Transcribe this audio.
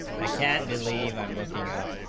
i can't believe i'm looking out